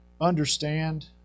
understand